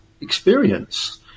experience